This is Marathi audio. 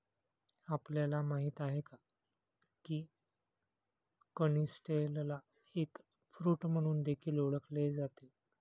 आपल्याला माहित आहे का? की कनिस्टेलला एग फ्रूट म्हणून देखील ओळखले जाते